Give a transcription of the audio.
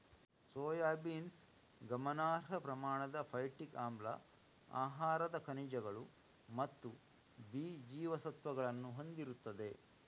soybeans ಗಮನಾರ್ಹ ಪ್ರಮಾಣದ phytic ಆಮ್ಲ, ಆಹಾರದ ಖನಿಜಗಳು ಮತ್ತು ಬಿ ಜೀವಸತ್ವಗಳನ್ನು ಹೊಂದಿರುತ್ತದೆ